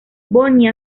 bonnie